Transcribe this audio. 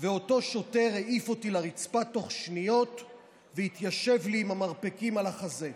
ואותו שוטר העיף אותי לרצפה תוך שניות והתיישב לי עם המרפקים על החזה.